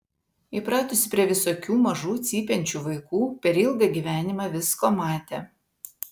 įpratusi prie visokių mažų cypiančių vaikų per ilgą gyvenimą visko matė